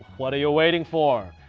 what are you waiting for?